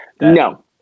No